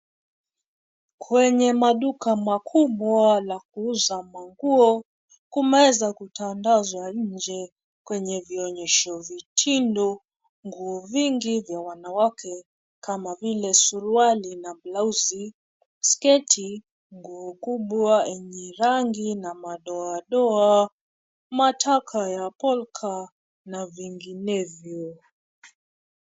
Kwenye maduka makubwa la kuuza manguo kumeweza kutandazwa nje. Kwenye vionyesho vitindo, nguo vingi vya wanawake kama vile suruali na blausi, sketi, nguo kubwa enye rangi na madoa doa, mataka ya polka na vinginevyo.